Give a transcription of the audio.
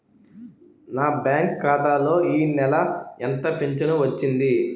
నా బ్యాంక్ ఖాతా లో ఈ నెల ఎంత ఫించను వచ్చింది?